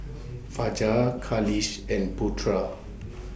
Fajar Khalish and Putra